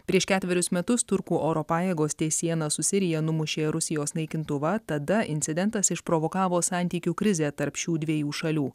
prieš ketverius metus turkų oro pajėgos ties siena su sirija numušė rusijos naikintuvą tada incidentas išprovokavo santykių krizę tarp šių dviejų šalių